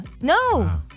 No